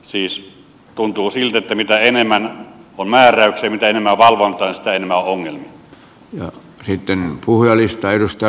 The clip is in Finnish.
siis tuntuu siltä että mitä enemmän on määräyksiä mitä enemmän on valvontaa sitä enemmän on ongelmia